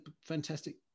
fantastic